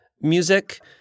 music